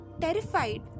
terrified